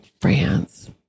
France